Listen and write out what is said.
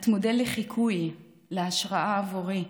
את מודל לחיקוי, להשראה, עבורי.